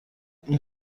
این